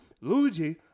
Luigi